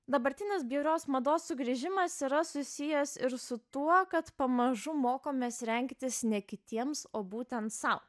dabartinis bjaurios mados sugrįžimas yra susijęs ir su tuo kad pamažu mokomės rengtis ne kitiems o būtent sau